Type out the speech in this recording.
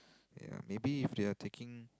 ya maybe if they're taking